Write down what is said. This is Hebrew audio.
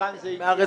מהיכן הוא הגיע?